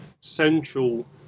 central